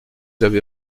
avez